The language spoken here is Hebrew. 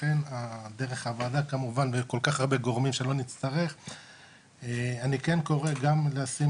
לכן דרך הוועדה גם ובכלל אני קורא גם לשים